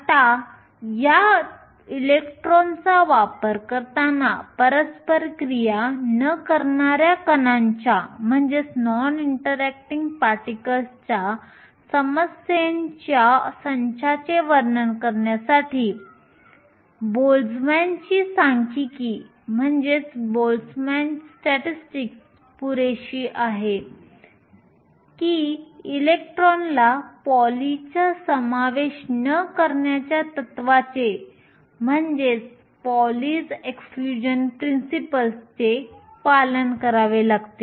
आता या इलेक्ट्रॉनचा वापर करताना परस्पर क्रिया न करणाऱ्या कणांच्या समस्येच्या संचाचे वर्णन करण्यासाठी बोल्टझमॅनची सांख्यिकी पुरेशी आहे की इलेक्ट्रॉनला पॉलीच्या एक्सक्ल्यूशन तत्त्वाचे Pauli's exclusion principle पालन करावे लागते